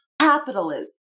Capitalism